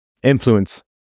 Influence